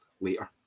later